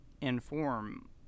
inform